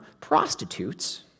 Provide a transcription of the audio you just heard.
prostitutes